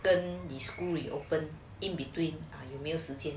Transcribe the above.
then the school reopen in between err 有没有时间